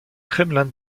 kremlin